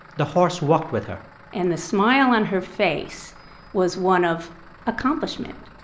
the horse walked with her and the smile on her face was one of accomplishment,